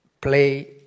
play